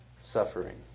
suffering